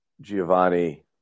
Giovanni